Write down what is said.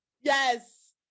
Yes